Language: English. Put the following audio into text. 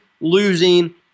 losing